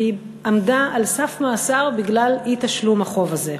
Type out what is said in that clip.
והיא עמדה על סף מאסר בגלל אי-תשלום החוב הזה.